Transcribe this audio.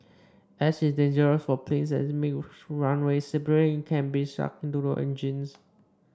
ash is dangerous for planes as it makes runways slippery and can be sucked into their engines